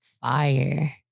fire